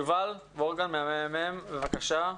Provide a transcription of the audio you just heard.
יובל וורגן מהממ"מ, בבקשה.